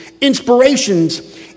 inspirations